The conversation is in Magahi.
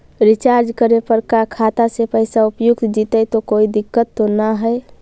रीचार्ज करे पर का खाता से पैसा उपयुक्त जितै तो कोई दिक्कत तो ना है?